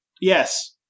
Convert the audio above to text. Yes